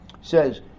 says